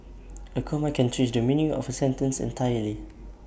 A comma can change the meaning of A sentence entirely